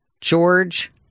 George